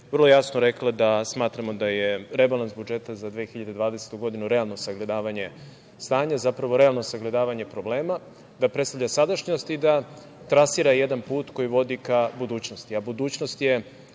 vrlo jasno rekla da smatramo da je rebalans budžeta za 2020. godinu realno sagledavanje stanja, zapravo realno sagledavanje problema, da predstavlja sadašnjost i da trasira jedan put koji vodi ka budućnosti,